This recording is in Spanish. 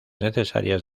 necesarias